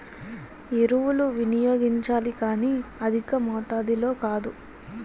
ఎరువులు వినియోగించాలి కానీ అధికమాతాధిలో కాదు